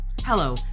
Hello